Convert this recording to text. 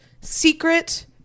secret